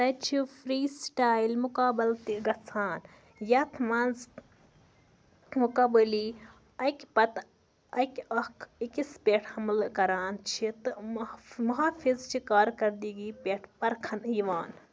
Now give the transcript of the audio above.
تَتہِ چھِ freestyle مُقابَل تہِ گژھَان یَتھ منٛز مُقابٕلی اَکہِ پتہٕ اَکہِ اَکھ أکِس پٮ۪ٹھ حملہٕ کران چھِ تہٕ مُحافِظ چہِ کارکردگی پٮ۪ٹھ پرکھَنہٕ یِوان